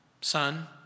son